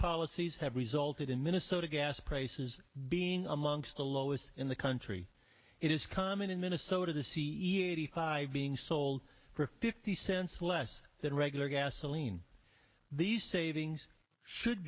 policies have resulted in minnesota gas prices being amongst the lowest in the country it is common in minnesota the c e eighty five being sold for fifty cents less than regular gasoline these savings should